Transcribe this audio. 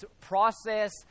process